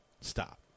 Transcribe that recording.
Stop